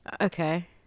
Okay